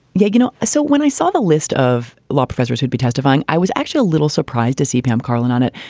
yeah you know so when i saw the list of law professors who'd be testifying, i was actually a little surprised to see pam karlan on it.